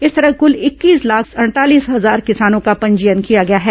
इस तरह कल इक्कीस लाख अडतालीस हजार किसानों का पंजीयन किया गया है